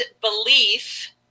Belief